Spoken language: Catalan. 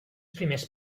primers